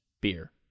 beer